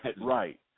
Right